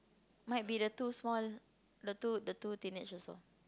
might be the two small the two the two teenage also